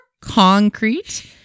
concrete